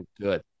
good